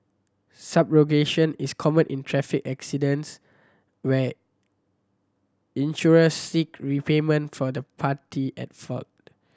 subrogation is common in traffic accidents where insurers seek repayment from the party at fault